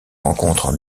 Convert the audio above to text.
rencontrent